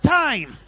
time